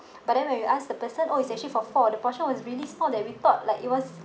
but then when you ask the person oh it's actually for four the portion was really small that we thought like it was